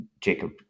Jacob